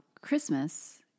Christmas